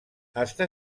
està